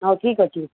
ହଁ ଠିକ୍ ଅଛି